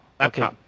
okay